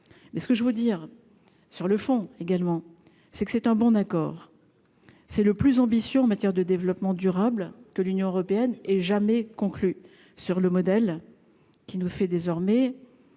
mais ce que je veux dire sur le fond, également, c'est que c'est un bon d'accord, c'est le plus ambitieux en matière de développement durable, que l'Union européenne et jamais conclu sur le modèle qui nous fait désormais